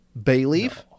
Bayleaf